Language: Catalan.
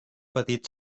petit